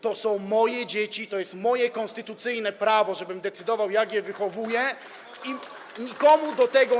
To są moje dzieci, to jest moje konstytucyjne prawo, żebym decydował, jak je wychowuję, i nikomu nic do tego.